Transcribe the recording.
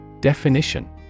Definition